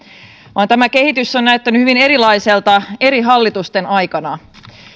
vaan tämä kehitys on näyttänyt hyvin erilaiselta eri hallitusten aikana